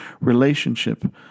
relationship